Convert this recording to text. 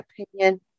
opinion